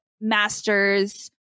masters